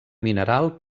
mineral